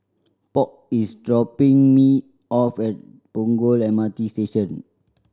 Polk is dropping me off at Punggol M R T Station